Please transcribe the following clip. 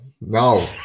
No